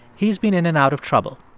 he's been in and out of trouble.